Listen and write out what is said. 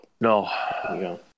No